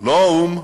לא האו"ם,